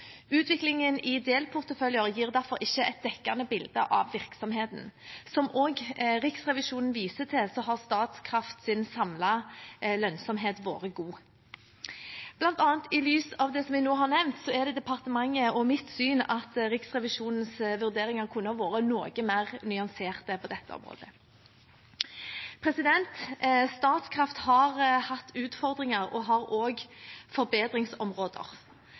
Utviklingen i delporteføljer gir derfor ikke et dekkende bilde av virksomheten. Som også Riksrevisjonen viser til, har Statkrafts samlede lønnsomhet vært god. Blant annet i lys av det jeg nå har nevnt, er det departementets og mitt syn at Riksrevisjonens vurderinger kunne ha vært noe mer nyanserte på dette området. Statkraft har hatt utfordringer og har også forbedringsområder.